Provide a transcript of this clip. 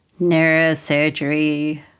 Neurosurgery